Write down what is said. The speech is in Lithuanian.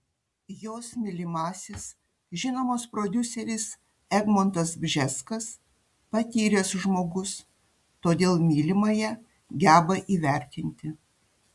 jos mylimasis žinomas prodiuseris egmontas bžeskas patyręs žmogus todėl mylimąją geba įvertinti